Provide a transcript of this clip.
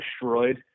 destroyed